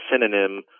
synonym